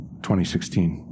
2016